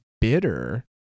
bitter